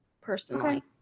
personally